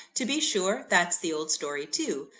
to be sure, that's the old story too.